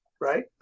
right